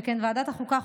שכן ועדת החוקה,